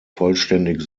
vollständig